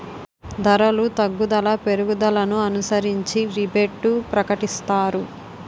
ధరలు తగ్గుదల పెరుగుదలను అనుసరించి రిబేటు ప్రకటిస్తారు